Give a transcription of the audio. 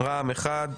רע"מ אחד,